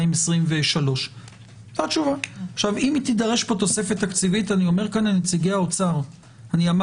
2023. אם תידרש פה תוספת תקציבית - אני אומר לנציגי